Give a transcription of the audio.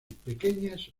pequeñas